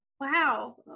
Wow